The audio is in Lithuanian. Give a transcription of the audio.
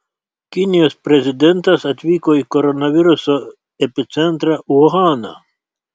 kinijos prezidentas atvyko į koronaviruso epicentrą uhaną